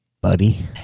buddy